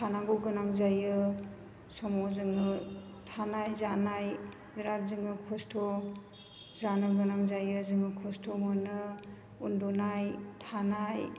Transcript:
थानांगौ गोनां जायो समाव जोंनो थानाय जानाय बिराद जोङो खस्त' जानो गोनां जायो जोङो खस्त' मोनो उन्दुनाय थानाय